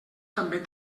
també